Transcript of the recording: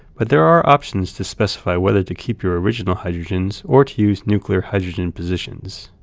but there are options to specify whether to keep your original hydrogens or to use nuclear hydrogen positions.